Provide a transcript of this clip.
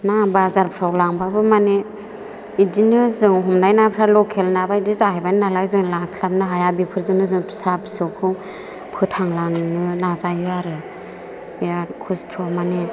ना बाजारफोराव लांबाबो माने बिदिनो जों हमनाय नाफोरा लकेल ना बायदि जाहैबाय नालाय जों लांस्लाबनो हाया बेफोरजोंनो जों फिसा फिसौखौ फोथांलांनो नाजायो आरो बेराद खस्त' माने